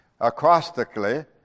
acrostically